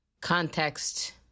context